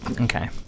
Okay